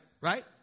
Right